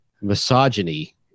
misogyny